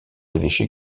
évêché